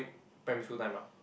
primary school time lah